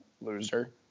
loser